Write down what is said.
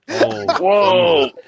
Whoa